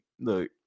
look